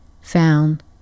found